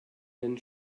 den